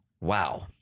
Wow